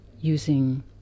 using